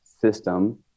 system